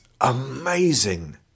amazing